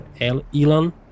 Elon